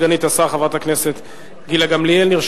סגנית השר חברת הכנסת גילה גמליאל.